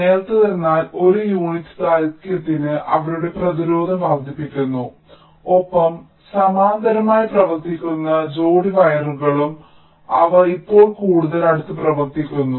നേർത്തത് എന്നാൽ ഒരു യൂണിറ്റ് ദൈർഘ്യത്തിന് അവരുടെ പ്രതിരോധം വർദ്ധിക്കുന്നു ഒപ്പം സമാന്തരമായി പ്രവർത്തിക്കുന്ന ജോഡി വയറുകളും അവ ഇപ്പോൾ കൂടുതൽ അടുത്ത് പ്രവർത്തിക്കുന്നു